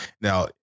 Now